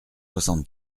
soixante